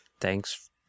thanks